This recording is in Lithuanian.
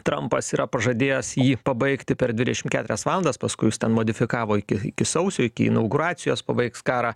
trampas yra pažadėjęs jį pabaigti per dvidešim keturias valandas paskui jis ten modifikavo iki iki sausio iki inauguracijos pabaigs karą